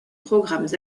programmes